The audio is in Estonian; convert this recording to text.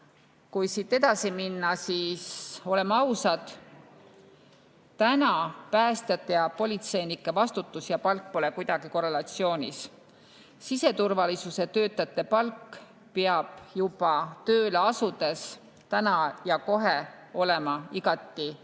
Kui siit edasi minna, siis oleme ausad, päästjate ja politseinike vastutus ja palk pole praegu kuidagi korrelatsioonis. Siseturvalisuse töötajate palk peab juba tööle asudes, täna ja kohe olema igati vääriline.